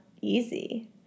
easy